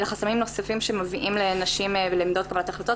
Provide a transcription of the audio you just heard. אלא חסמים נוספים שמביאים נשים לעמדות קבלת החלטות